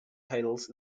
titles